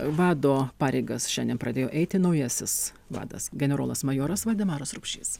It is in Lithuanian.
vado pareigas šiandien pradėjo eiti naujasis vadas generolas majoras valdemaras rupšys